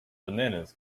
bananas